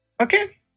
Okay